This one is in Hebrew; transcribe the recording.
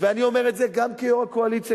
ואני אומר את זה גם כיושב-ראש הקואליציה,